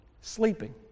sleeping